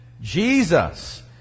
Jesus